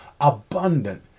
abundant